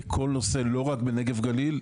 בכל נושא לא רק בנגב גליל,